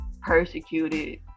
persecuted